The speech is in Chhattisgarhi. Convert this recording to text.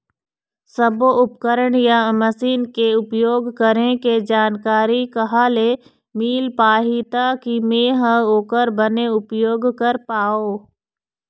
सब्बो उपकरण या मशीन के उपयोग करें के जानकारी कहा ले मील पाही ताकि मे हा ओकर बने उपयोग कर पाओ?